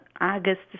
August